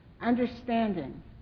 understanding